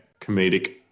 comedic